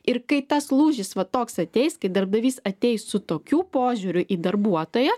ir kai tas lūžis va toks ateis kai darbdavys ateis su tokiu požiūriu į darbuotoją